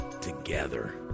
together